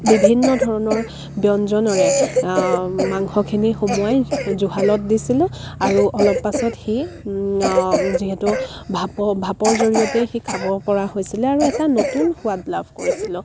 বিভিন্ন ধৰণৰ ব্যঞ্জনৰে মাংসখিনি সুমুৱাই জুহালত দিছিলোঁ আৰু অলপ পাছত সি যিহেতু ভাপ ভাপৰ জৰিয়তেই সি খাব পৰা হৈছিলে আৰু এটা নতুন সোৱাদ লাভ কৰিছিলোঁ